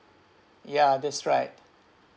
ya that's right